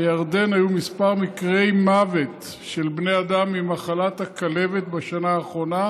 בירדן היו כמה מקרי מוות של בני אדם ממחלת הכלבת בשנה האחרונה.